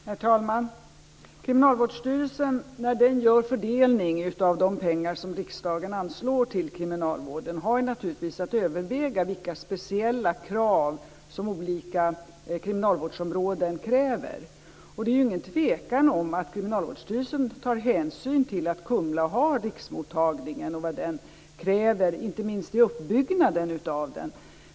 Herr talman! När Kriminalvårdsstyrelsen gör en fördelning av de pengar som riksdagen anslår till kriminalvården har man naturligtvis att överväga vilka speciella krav som olika kriminalvårdsområden kräver. Det är ju ingen tvekan om att Kriminalvårdsstyrelsen tar hänsyn till att Kumla har riksmottagningen och vad den kräver, inte minst vid uppbyggnaden av den.